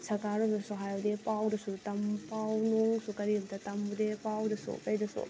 ꯁꯔꯀꯥꯔꯔꯣꯝꯗꯁꯨ ꯍꯥꯏꯔꯨꯗꯦ ꯄꯥꯎꯗꯁꯨ ꯄꯥꯎ ꯅꯣꯡꯁꯨ ꯀꯔꯤꯝꯇ ꯇꯝꯃꯨꯗꯦ ꯄꯥꯎꯗꯁꯨ ꯀꯩꯗꯁꯨ